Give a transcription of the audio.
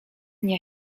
nie